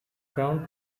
crown